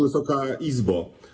Wysoka Izbo!